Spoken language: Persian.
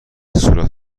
صورت